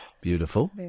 Beautiful